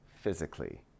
physically